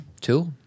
Two